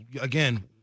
again